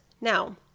Now